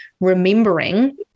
remembering